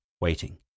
waiting